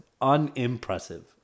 Unimpressive